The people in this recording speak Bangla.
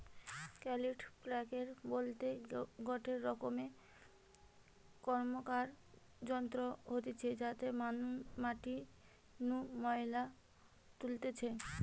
কাল্টিপ্যাকের বলতে গটে রকম র্কমকার যন্ত্র হতিছে যাতে মাটি নু ময়লা তুলতিছে